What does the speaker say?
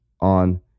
on